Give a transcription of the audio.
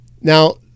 Now